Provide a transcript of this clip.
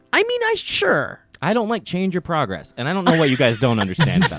i mean, i, sure. i don't like change or progress. and i don't know what you guys don't understand about